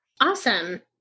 Awesome